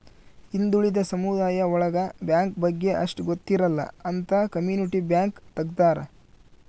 ಹಿಂದುಳಿದ ಸಮುದಾಯ ಒಳಗ ಬ್ಯಾಂಕ್ ಬಗ್ಗೆ ಅಷ್ಟ್ ಗೊತ್ತಿರಲ್ಲ ಅಂತ ಕಮ್ಯುನಿಟಿ ಬ್ಯಾಂಕ್ ತಗ್ದಾರ